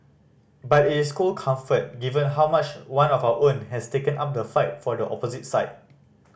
but it's cold comfort given how much one of our own has taken up the fight for the opposite side